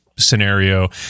scenario